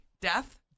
death